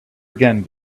again